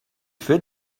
fait